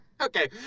Okay